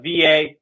VA